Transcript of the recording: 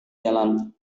jalan